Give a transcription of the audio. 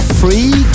free